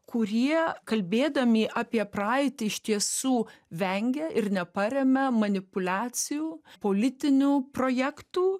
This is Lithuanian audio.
kurie kalbėdami apie praeitį iš tiesų vengia ir neparemia manipuliacijų politinių projektų